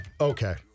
okay